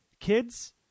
Kids